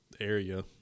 area